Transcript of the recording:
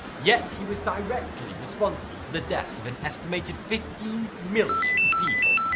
yet he was directly responsible for the deaths of an estimated fifteen million people,